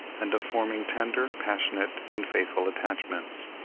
and of forming tender, passionate, and faithful attachments.